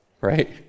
right